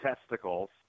testicles